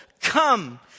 come